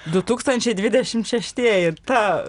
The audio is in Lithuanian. du tūkstančiai dvidešimt šeštieji ta